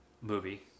movie